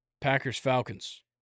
Packers-Falcons